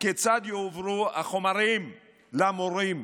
כיצד יועברו החומרים למורים,